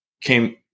came